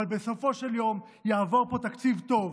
אבל בסופו של יום יעבור פה תקציב טוב,